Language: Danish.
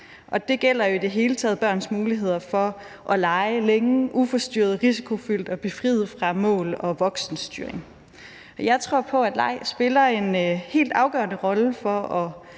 Det gælder jo i det hele taget børns muligheder for at lege længe uforstyrret, risikofyldt og befriet fra mål og voksenstyring. Jeg tror på, at leg spiller en helt afgørende rolle for at